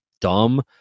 dumb